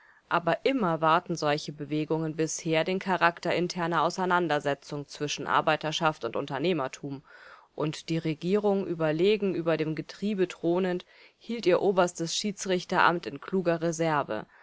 aber immer wahrten solche bewegungen bisher den charakter interner auseinandersetzung zwischen arbeiterschaft und unternehmertum und die regierung überlegen über dem getriebe thronend hielt ihr oberstes schiedsrichteramt in kluger reserve